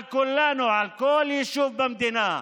על כל יישוב במדינה,